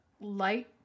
light